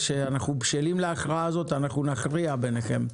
שאנחנו בשלים בהכרעה הזאת אנחנו נכריע ביניכם.